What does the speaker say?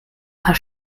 paar